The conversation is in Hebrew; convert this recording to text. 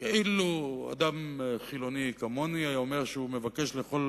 כאילו אדם חילוני כמוני היה אומר שהוא מבקש לאכול,